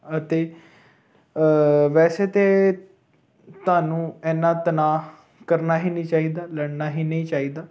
ਅਤੇ ਵੈਸੇ ਤਾਂ ਤੁਹਾਨੂੰ ਇੰਨਾ ਤਨਾਅ ਕਰਨਾ ਹੀ ਨਹੀਂ ਚਾਹੀਦਾ ਲੜਨਾ ਹੀ ਨਹੀਂ ਚਾਹੀਦਾ